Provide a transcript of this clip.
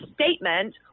statement